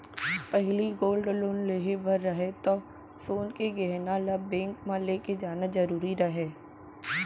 पहिली gold loan लेहे बर रहय तौ सोन के गहना ल बेंक म लेके जाना जरूरी रहय